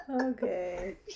Okay